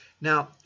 Now